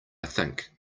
think